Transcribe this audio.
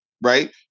right